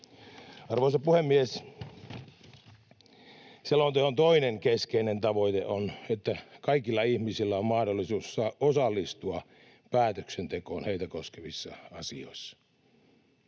Arvoisa puhemies! Selonteon toinen keskeinen tavoite on, että kaikilla ihmisillä on mahdollisuus osallistua päätöksentekoon heitä koskevissa asioissa.